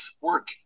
work